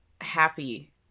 happy